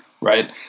right